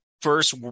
first